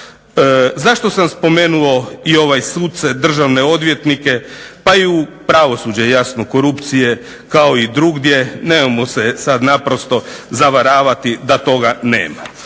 Zašto sam spomenuo suce i državne odvjetnika, pa i pravosuđu korupcije kao i drugdje, nemojmo se sada naprosto zavaravati da toga nema.